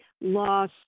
loss